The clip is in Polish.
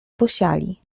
posiali